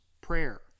prayer